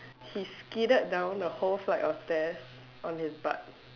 he skidded down the whole flight of stairs on his butt